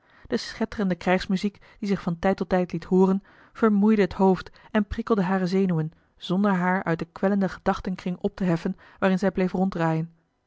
de schetterende krijgsmuziek die zich van tijd tot tijd liet hooren vermoeide het hoofd en prikkelde hare zenuwen zonder haar uit den kwellenden gedachtenkring op te heffen waarin zij bleef ronddraaien